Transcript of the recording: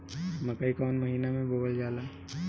मकई कौन महीना मे बोअल जाला?